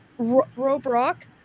Robrock